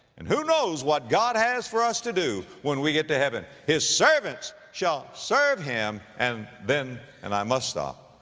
and who knows what god has for us to do when we get to heaven? his servants shall serve him. and then, and i must stop,